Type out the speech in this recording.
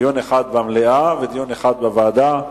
דיון אחד במליאה ודיון אחד בוועדה,